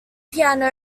piano